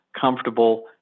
comfortable